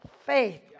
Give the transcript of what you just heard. faith